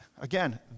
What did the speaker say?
Again